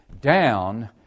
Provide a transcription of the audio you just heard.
down